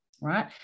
right